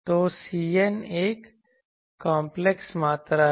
तो Cn एक complex मात्रा है